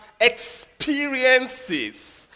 experiences